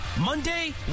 Monday